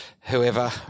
whoever